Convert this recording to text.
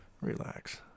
Relax